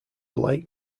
blake